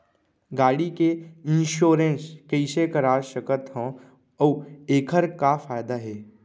गाड़ी के इन्श्योरेन्स कइसे करा सकत हवं अऊ एखर का फायदा हे?